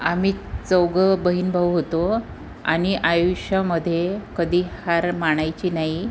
आम्ही चौघं बहीणभाऊ होतो आणि आयुष्यामध्ये कधी हार मानायची नाही